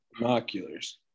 Binoculars